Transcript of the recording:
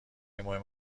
مهم